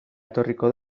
etorriko